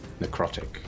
Necrotic